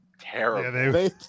terrible